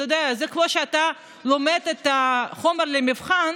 אתה יודע, זה כמו שאתה לומד את החומר למבחן